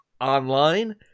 online